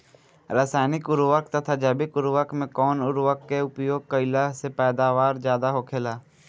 रसायनिक उर्वरक तथा जैविक उर्वरक में कउन उर्वरक के उपयोग कइला से पैदावार ज्यादा होखेला?